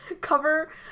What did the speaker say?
cover